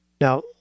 Now